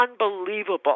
unbelievable